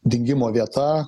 dingimo vieta